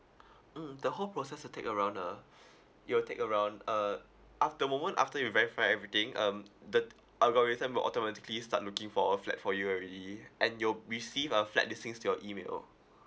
mm the whole process will take around uh it'll take around uh af~ the moment after you verify everything um the algorithm will automatically start looking for a flat for you already and you'll receive a flat listings to your email